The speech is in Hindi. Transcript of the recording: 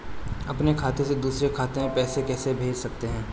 अपने खाते से दूसरे खाते में पैसे कैसे भेज सकते हैं?